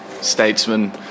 statesman